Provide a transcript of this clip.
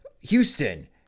Houston